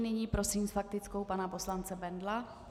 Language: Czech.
Nyní prosím s faktickou pana poslance Bendla.